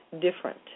different